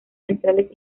centrales